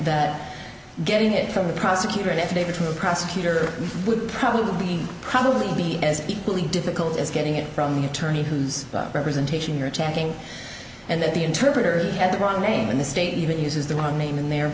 that getting it from the prosecutor if they were to a prosecutor would probably be probably be as equally difficult as getting it from the attorney who's representation you're attacking and that the interpreter had the wrong name and the state even uses the wrong name in their